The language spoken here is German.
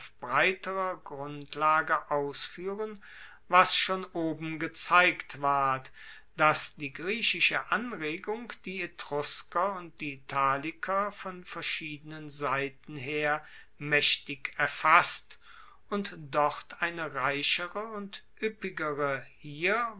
breiterer grundlage ausfuehren was schon oben gezeigt ward dass die griechische anregung die etrusker und die italiker von verschiedenen seiten her maechtig erfasst und dort eine reichere und ueppigere hier